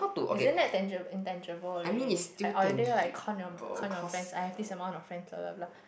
isn't that tangi~ intangible already like already con your con your friends I have this amount of friends blah blah blah